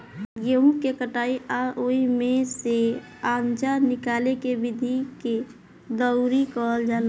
गेहूँ के कटाई आ ओइमे से आनजा निकाले के विधि के दउरी कहल जाला